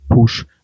push